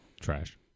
trash